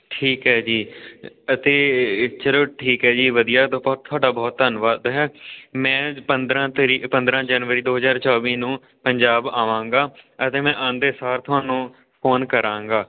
ਠੀਕ ਹੈ ਜੀ ਅਤੇ ਚਲੋ ਠੀਕ ਹੈ ਜੀ ਵਧੀਆ ਤੁਹਾਡਾ ਬਹੁਤ ਧੰਨਵਾਦ ਹੈ ਮੈਂ ਪੰਦਰ੍ਹਾਂ ਤਰੀਕ ਪੰਦਰਾਂ ਜਨਵਰੀ ਦੋ ਹਜ਼ਾਰ ਚੌਵੀ ਨੂੰ ਪੰਜਾਬ ਆਵਾਂਗਾ ਅਤੇ ਮੈਂ ਆਉਂਦੇ ਸਾਰ ਤੁਹਾਨੂੰ ਫੋਨ ਕਰਾਂਗਾ